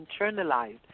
internalized